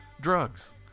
drugs